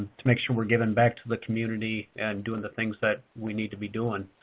to make sure we're giving back to the community and doing the things that we need to be doing.